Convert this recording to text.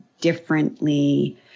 differently